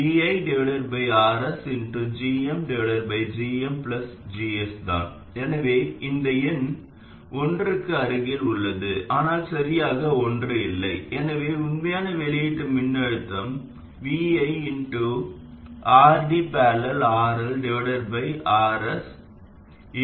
உள்ளீட்டு எதிர்ப்பு மிகவும் குறைவாக உள்ளது மற்றும் வெளியீட்டு எதிர்ப்பானது மிகவும் அதிகமாக உள்ளது எனவே இது உண்மையில் மின்னோட்டக் கட்டுப்படுத்தப்பட்ட மின்னோட்ட மூலமாகும் ஆனால் நீங்கள் மின்னழுத்த மூலத்துடன் மின்னழுத்தத்தின் தொடர்ச்சியுடன் அதை இயக்கலாம் மற்றும் மின்னழுத்தத்தை வெளியீட்டாகக் கருதலாம்